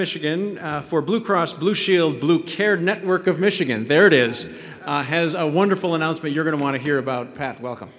michigan for blue cross blue shield blue care network of michigan there it is has a wonderful announcement you're going to want to hear about